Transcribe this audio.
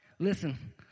Listen